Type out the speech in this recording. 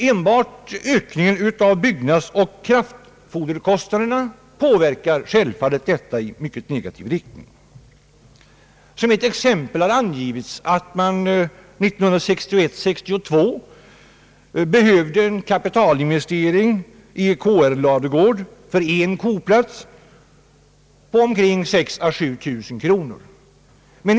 Enbart ökningen av byggnadsoch kraftfoderkostnaderna har en mycket negativ inverkan. Som ett exempel har angivits att 1961/62 för en koplats i en KR-ladugård krävdes en kapitalinvestering på 6000 å 7000 kronor.